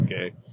okay